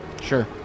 Sure